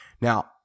Now